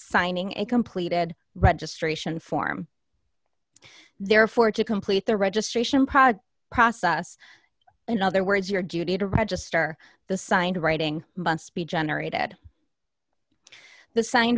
signing a completed registration form therefore to complete the registration pod process in other words your duty to register the signed writing must be generated the sign